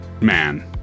man